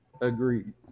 Agreed